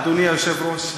אדוני היושב-ראש,